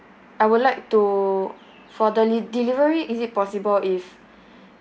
I would like to for deli~ delivery is it possible if